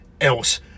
else